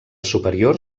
superior